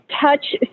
touch